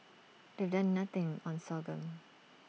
they've done nothing on sorghum